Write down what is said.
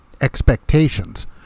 expectations